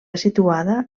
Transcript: situada